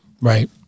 Right